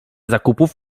zakupów